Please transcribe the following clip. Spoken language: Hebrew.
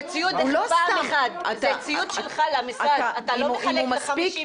זה ציוד שלך למשרד, אתה לא מחלק ל-50 איש.